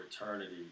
eternity